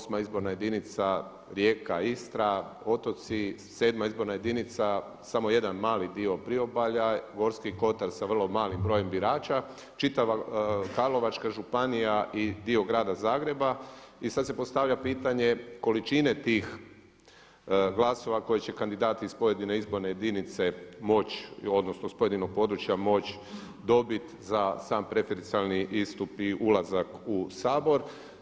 8. izborna jedinica Rijeka, Istra, otoci, 7. izborna jedinica samo jedan mali dio priobalja, Gorski kotar sa vrlo malim brojem birača, čitava Karlovačka županija i dio Grada Zagreba i sada se postavlja pitanje količine tih glasova koje će kandidati iz pojedine izborne jedinice moći odnosno s pojedinog područja moći dobiti za sam preferencijalni istup i ulazak u Sabor.